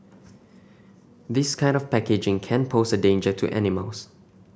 this kind of packaging can pose a danger to animals